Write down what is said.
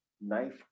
knife